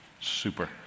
Super